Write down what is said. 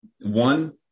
one